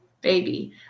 baby